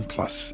Plus